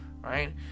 Right